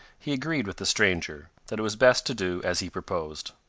he agreed with the stranger, that it was best to do as he proposed.